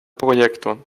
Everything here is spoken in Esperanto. projekton